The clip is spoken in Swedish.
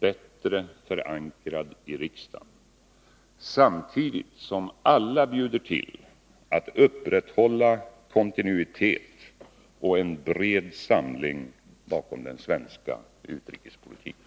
bättre förankrad i riksdagen, samtidigt som alla bjuder till för att upprätthålla kontinuitet och en bred samling bakom den svenska utrikespolitiken.